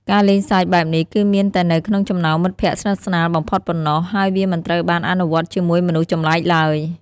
ការលេងសើចបែបនេះគឺមានតែនៅក្នុងចំណោមមិត្តភក្តិស្និទ្ធស្នាលបំផុតប៉ុណ្ណោះ ហើយវាមិនត្រូវបានអនុវត្តជាមួយមនុស្សចម្លែកឡើយ។